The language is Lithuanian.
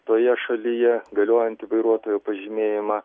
toje šalyje galiojantį vairuotojo pažymėjimą